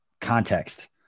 context